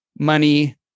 Money